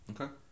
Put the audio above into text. Okay